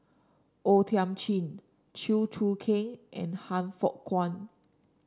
O Thiam Chin Chew Choo Keng and Han Fook Kwang